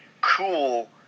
cool